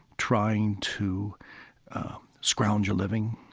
trying to scrounge a living.